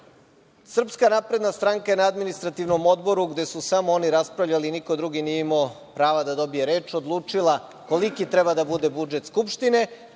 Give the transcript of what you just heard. Srpska napredna stranka je na Administrativnom odboru, gde su samo oni raspravljali i niko drugi nije imao prava da dobije reč, odlučila koliki treba da bude budžet Skupštine,